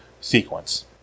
sequence